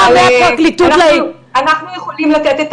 עבר מהפרקליטות --- אנחנו יכולים לתת את